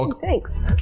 Thanks